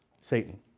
Satan